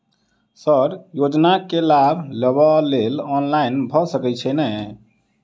Sir योजना केँ लाभ लेबऽ लेल ऑनलाइन भऽ सकै छै नै?